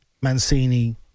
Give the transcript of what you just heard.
Mancini